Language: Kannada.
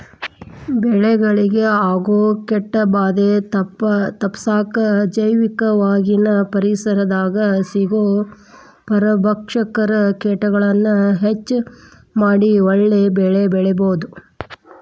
ಬೆಳೆಗಳಿಗೆ ಆಗೋ ಕೇಟಭಾದೆ ತಪ್ಪಸಾಕ ಜೈವಿಕವಾಗಿನ ಪರಿಸರದಾಗ ಸಿಗೋ ಪರಭಕ್ಷಕ ಕೇಟಗಳನ್ನ ಹೆಚ್ಚ ಮಾಡಿ ಒಳ್ಳೆ ಬೆಳೆಬೆಳಿಬೊದು